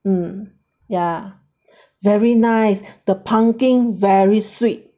um yeah very nice the pumpkin very sweet